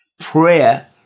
Prayer